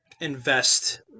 invest